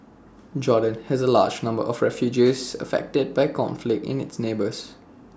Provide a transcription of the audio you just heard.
Jordan has A large number of refugees affected by conflict in its neighbours